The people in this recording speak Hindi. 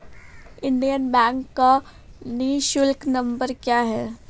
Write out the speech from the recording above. इंडियन बैंक का निःशुल्क नंबर क्या है?